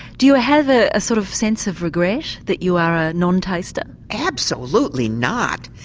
do you have ah a sort of sense of regret that you are a non-taster? absolutely not,